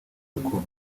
rukuru